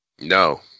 No